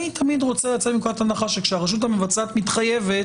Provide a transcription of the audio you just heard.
אני תמיד רוצה לצאת מנקודת הנחה שכשהרשות המבצעת מתחייבת